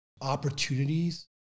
opportunities